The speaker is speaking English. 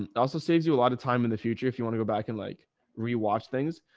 and it also saves you a lot of time in the future, if you want to go back and like rewatch things.